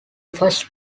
first